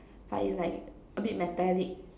but is like a bit metallic